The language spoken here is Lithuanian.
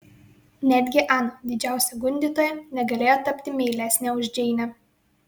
netgi ana didžiausia gundytoja negalėjo tapti meilesnė už džeinę